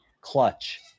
clutch